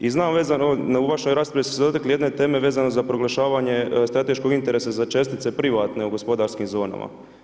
I znam vezano u vašoj raspravi ste se dotakli jedne teme vezano za proglašavanje strateškog interesa za čestice privatne u gospodarskim zonama.